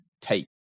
take